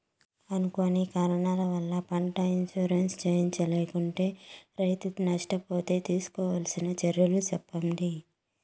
అనుకోని కారణాల వల్ల, పంట ఇన్సూరెన్సు చేయించలేకుంటే, రైతు నష్ట పోతే తీసుకోవాల్సిన చర్యలు సెప్పండి?